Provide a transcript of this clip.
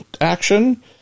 action